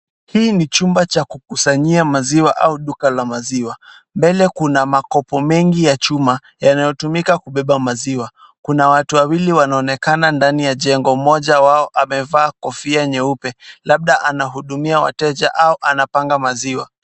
Hii ni chumba cha kukusanyia maziwa au duka la maziwa. Mbele kuna makopo mengi ya chuma yanayotumika kubeba maziwa. Kuna watu wawili wanaonekana ndani ya jengo mmoja wao amevaa kofia nyeupe labda anahudumia wateja au anapanga maziwa.